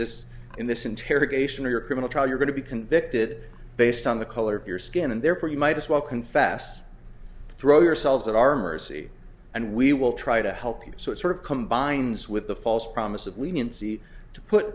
this in this interrogation or your criminal trial you're going to be convicted based on the color of your skin and therefore you might as well confess throw yourselves at our mercy and we will try to help you so it sort of combines with the false promise of leniency to put